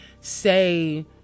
say